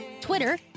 Twitter